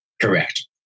Correct